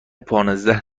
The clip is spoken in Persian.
پانزده